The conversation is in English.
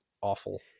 awful